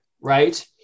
right